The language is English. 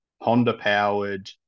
Honda-powered